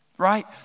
right